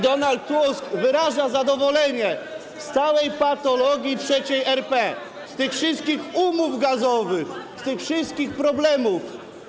Donald Tusk wyraża zadowolenie z całej patologii III RP, z tych wszystkich umów gazowych, z tych wszystkich problemów.